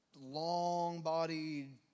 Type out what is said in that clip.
long-bodied